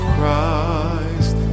Christ